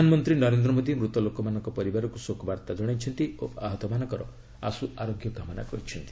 ପ୍ରଧାନମନ୍ତ୍ରୀ ନରେନ୍ଦ୍ର ମୋଦୀ ମୃତ ଲୋକମାନଙ୍କ ପରିବାରକୁ ଶୋକବାର୍ତ୍ତା ଜଣାଇଛନ୍ତି ଓ ଆହତମାନଙ୍କର ଆଶୁଆରୋଗ୍ୟ କାମନା କରିଛନ୍ତି